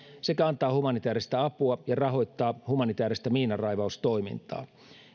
sekä antaa humanitääristä apua ja rahoittaa humanitääristä miinanraivaustoimintaa